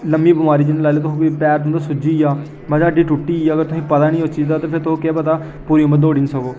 ल'म्मी बमारी जि'यां लाई लैओ तुस कोई पैर तुं'दा सुजिया मतलब हड्डी टुटी अगर तोहें ई कोई पता निं उस चीज़ दा केह् पता तुस पूरी उमर दौड़ी निं सक्को